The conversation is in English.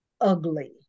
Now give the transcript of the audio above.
ugly